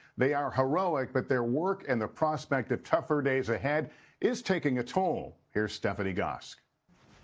they are heroic but their work and the prospect of tougher days ahead is taking a toll here's stephanie gosk.